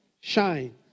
shine